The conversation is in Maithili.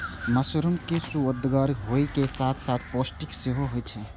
मशरूम सुअदगर होइ के साथ साथ पौष्टिक सेहो होइ छै